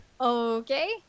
Okay